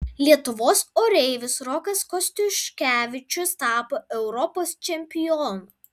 lietuvos oreivis rokas kostiuškevičius tapo europos čempionu